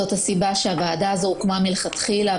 זאת הסיבה שהוועדה הזו הוקמה מלכתחילה.